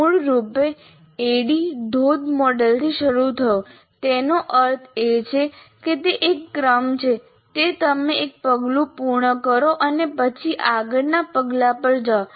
મૂળરૂપે ADDIE ધોધ મોડેલથી શરૂ થયું તેનો અર્થ એ છે કે તે એક ક્રમ છે જે તમે એક પગલું પૂર્ણ કરો અને પછી આગળના પગલા પર જાઓ